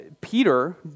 Peter